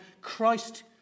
Christ